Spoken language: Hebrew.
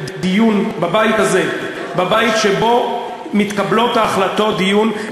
בבית שבו מתקבלות ההחלטות, דיון.